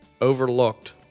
overlooked